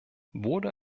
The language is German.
wurde